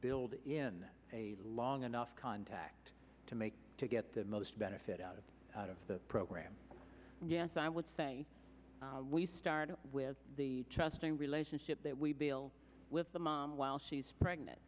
build in a long enough contact to make to get the most benefit out of the program yes i would say we start with the trusting relationship that we build with the mom while she's pregnant